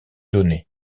donné